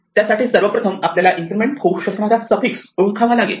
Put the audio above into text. त्यासाठी सर्वप्रथम आपल्याला इन्क्रिमेंट होऊ शकणारा सफिक्स ओळखावा लागेल